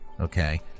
Okay